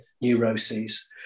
neuroses